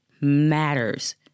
matters